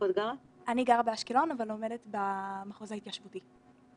אני גרה באשקלון, אבל לומדת במחוז ההתיישבותי.